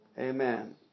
Amen